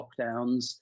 lockdowns